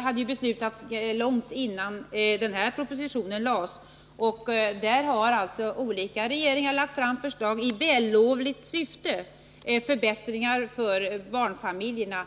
hade aviserats långt innan den här propositionen lades fram. Olika regeringar har lagt fram förslag i det vällovliga syftet att åstadkomma förbättringar för barnfamiljerna.